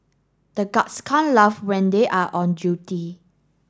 the guards can't laugh when they are on duty